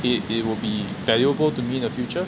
it it will be valuable to me in the future